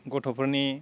गथ'फोरनि